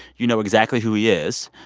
you know exactly who he is,